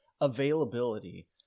availability